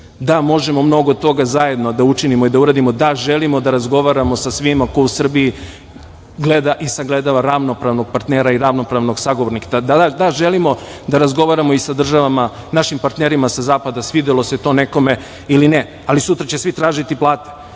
Da, možemo mnogo toga zajedno da učinimo i da uradimo. Da, želimo da razgovaramo sa svima ko u Srbiji gleda i sagledava ravnopravnog partnera i ravnopravnog sagovornika. Da, želimo da razgovaramo i sa državama našim partnerima sa Zapada, svidelo se to nekome ili ne, ali sutra će svi tražiti plate,